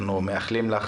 אנחנו מאחלים לך